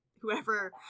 whoever